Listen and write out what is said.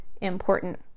important